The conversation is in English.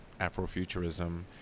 Afrofuturism